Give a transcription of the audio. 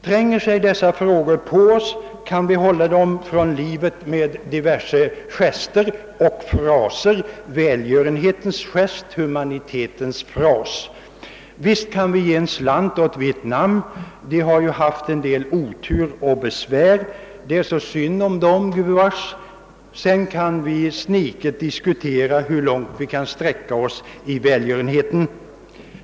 Tränger sig dessa frågor på oss kan vi hålla dem från livet med diverse gester och fraser — välgörenhetens gest och humanitetens fras. Visst kan vi ge en slant åt Vietnam, som haft en del otur och besvär. Det är så synd om dess folk, gubevars. Sedan kan vi sniket diskutera hur långt vi kan sträcka oss i välgörenheten.